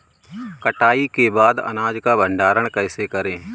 कटाई के बाद अनाज का भंडारण कैसे करें?